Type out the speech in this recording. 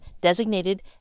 designated